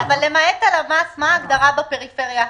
אבל למעט הלמ"ס מה ההגדרה בפריפריה החברתית?